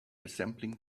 assembling